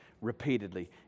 repeatedly